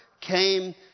came